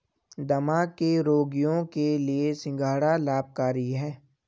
दमा के रोगियों के लिए सिंघाड़ा लाभकारी है